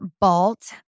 Balt